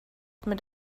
mit